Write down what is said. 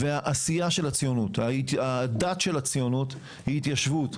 והעשייה של הציונות, הדת של הציונות היא התיישבות.